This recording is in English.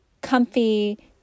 comfy